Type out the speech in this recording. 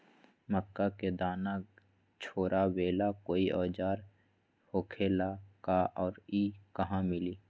मक्का के दाना छोराबेला कोई औजार होखेला का और इ कहा मिली?